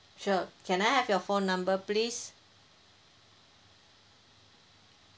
sure can I have your phone number please